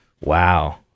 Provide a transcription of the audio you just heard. wow